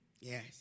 Yes